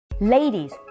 Ladies